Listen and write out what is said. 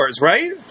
right